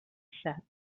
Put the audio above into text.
set